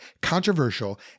controversial